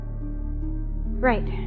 Right